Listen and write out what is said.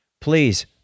please